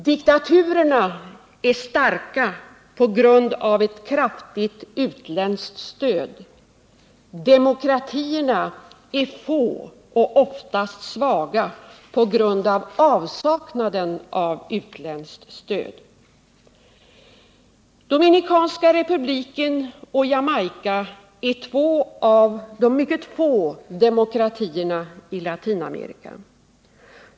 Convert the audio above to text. Diktaturerna är starka på grund av ett kraftigt utländskt stöd. Demokratierna är få och oftast svaga, på grund av avsaknaden av utländskt stöd. Dominikanska republiken och Jamaica är två av de mycket få demokratierna i Latinamerika.